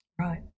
Right